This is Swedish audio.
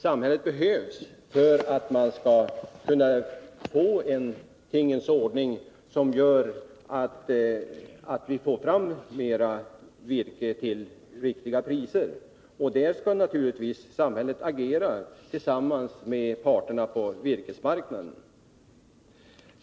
Samhället behövs för att man skall få till stånd en tingens ordning som gör att vi får fram mera virke till rätt priser. Där skall samhället naturligtvis agera tillsammans parterna på virkesmarknaden.